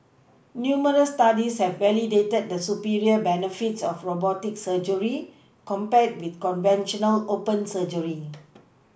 numerous Studies have validated the superior benefits of robotic surgery compared with conventional open surgery